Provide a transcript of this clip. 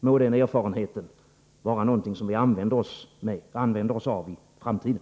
Må den erfarenheten vara någonting som vi använder oss av i framtiden.